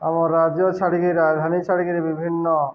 ଆମ ରାଜ୍ୟ ଛାଡ଼ିକିରି ଧାନୀ ଛାଡ଼ିକିରି ବିଭିନ୍ନ